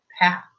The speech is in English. path